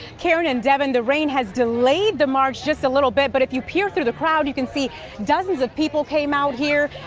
karen and devin, the rain has delayed the march just a little bit. but if you peer through the crowd, you can see dozens of people came out here,